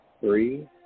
three